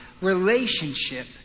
relationship